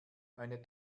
eine